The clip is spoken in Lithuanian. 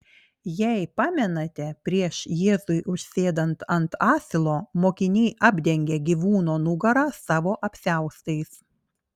jei pamenate prieš jėzui užsėdant ant asilo mokiniai apdengia gyvūno nugarą savo apsiaustais